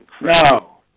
No